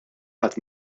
ħadd